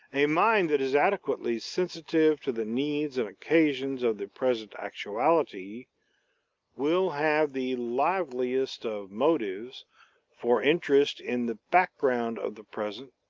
a mind that is adequately sensitive to the needs and occasions of the present actuality will have the liveliest of motives for interest in the background of the present,